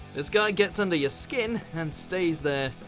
this guy gets under your skin and stays there.